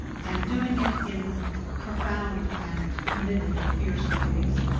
and doing it in profound and committed and fierce ways.